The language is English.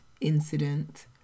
incident